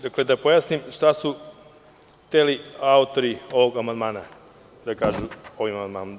Dakle, da pojasnim šta su hteli autori ovog amandmana da kažu ovim amandmanom.